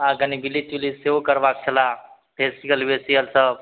आओर कनि ब्लीच त्लीच सेहो करबेबाक छलै फेसिअल वेसिअल सब